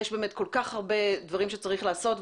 יש באמת כל כך הרבה דברים שצריך לעשות,